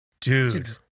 dude